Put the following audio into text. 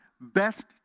Best